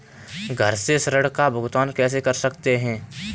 घर से ऋण का भुगतान कैसे कर सकते हैं?